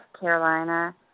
Carolina